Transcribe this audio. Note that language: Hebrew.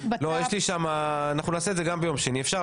אנחנו נעשה את זה גם ביום שני אפשר,